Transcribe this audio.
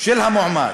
של המועמד.